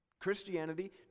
Christianity